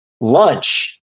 Lunch